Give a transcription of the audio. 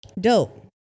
dope